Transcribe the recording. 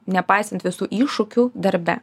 nepaisant visų iššūkių darbe